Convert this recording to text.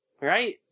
Right